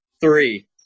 three